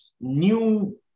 new